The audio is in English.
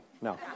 No